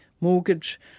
mortgage